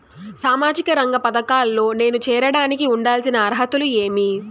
సామాజిక రంగ పథకాల్లో నేను చేరడానికి ఉండాల్సిన అర్హతలు ఏమి?